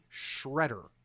shredder